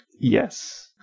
Yes